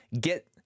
get